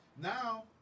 Now